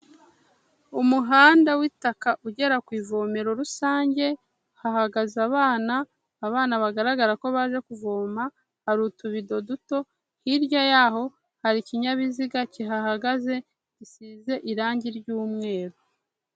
Umuhanda w'itaka ugera ku ivomero rusange, hahagaze abana, abana bagaragara ko baje kuvoma, hari utubido duto, hirya y'aho hari ikinyabiziga kihahagaze, gisize irangi ry'umweru.